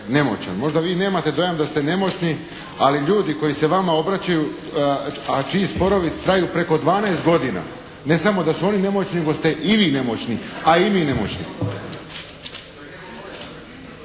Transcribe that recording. Možda vi nemate dojam da ste nemoćni, ali ljudi koji se vama obraćaju, a čiji sporovi traju preko 12 godina, ne samo da su oni nemoćni, nego ste i vi nemoćni, a i mi nemoćni.